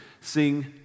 sing